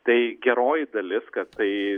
tai geroji dalis kad tai